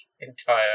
entire